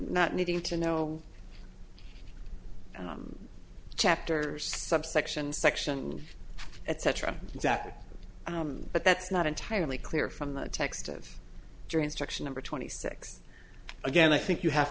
not needing to know chapter subsection section at cetera exactly but that's not entirely clear from the text of jury instruction number twenty six again i think you have